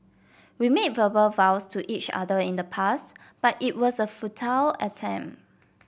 we made verbal vows to each other in the past but it was a futile attempt